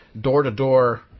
door-to-door